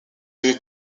avez